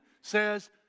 says